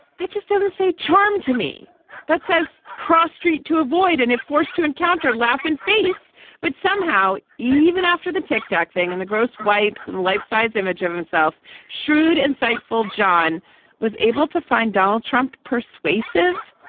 that just doesn't say charm to me that says cross street to avoid and if forced to encounter laugh and face but somehow even after the tic tac thing and the gross wipes and life size image of himself shrewd insightful john was able to find donald trump persuasive.